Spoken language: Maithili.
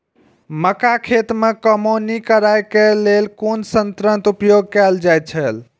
मक्का खेत में कमौनी करेय केय लेल कुन संयंत्र उपयोग कैल जाए छल?